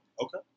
Okay